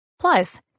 Plus